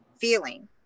feeling